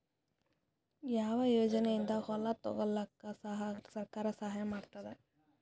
ಯಾವ ಯೋಜನೆಯಿಂದ ಹೊಲ ತೊಗೊಲುಕ ಸರ್ಕಾರ ಸಹಾಯ ಮಾಡತಾದ?